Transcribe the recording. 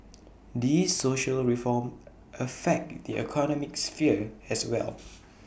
these social reform affect the economic sphere as well